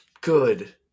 good